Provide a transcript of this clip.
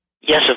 Yes